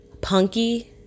Punky